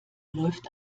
läuft